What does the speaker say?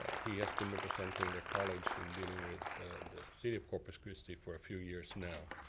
he has been representing the college in dealing with the city of corpus christi for a few years now.